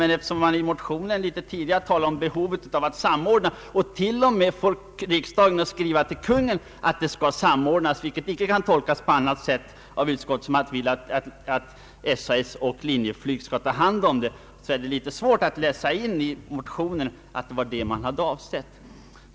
Men eftersom man i motionen tidigare talat om behovet av samordning och till och med fått riksdagen att skriva till Kungl. Maj:t att samordning skall ske — vilket troligen skall tolkas så att SAS och Linjeflyg skall ta hand om detta — är det svårt att läsa in i motionen det herr Hansson nu säger.